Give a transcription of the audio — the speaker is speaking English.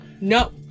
No